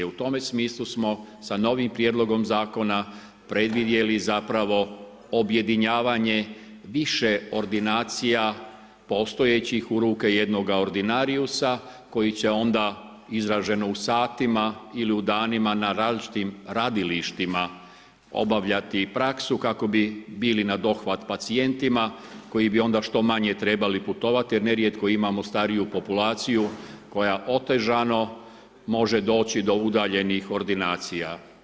U tome smislu smo sa novim prijedlogom zakona predvidjeli zapravo objedinjavanje više ordinacija postojećih u ruke jednoga ordinariusa koji će onda izraženo u satima ili u danima na različitim radilištima obavljati i praksu kako bi bili na dohvat pacijentima koji bi onda što manje trebali putovati jer nerijetko imamo stariju populaciju koja otežano može doći do udaljenih ordinacija.